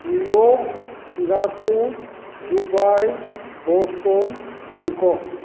New York Singapore Dubai Boston Bangkok